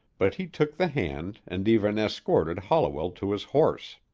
but he took the hand and even escorted holliwell to his horse.